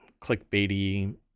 clickbaity